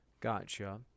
Gotcha